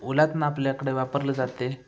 उलथनं आपल्याकडं वापरलं जाते